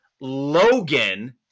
Logan